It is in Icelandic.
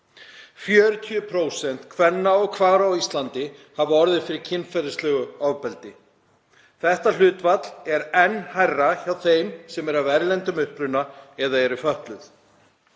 40% kvenna og kvára á Íslandi hafi orðið fyrir kynferðislegu ofbeldi. Þetta hlutfall er enn hærra hjá þeim sem eru af erlendum uppruna eða eru fötluð.